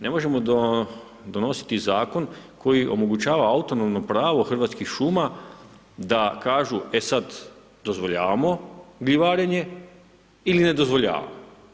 Ne možemo donositi zakon koji omogućava autonomno pravo Hrvatskih šuma da kažu – e sada dozvoljavamo gljivarenje ili ne dozvoljavamo.